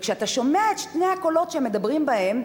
וכשאתה שומע את שני הקולות שמדברים בהם,